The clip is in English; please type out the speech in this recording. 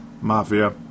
mafia